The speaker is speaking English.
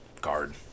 guard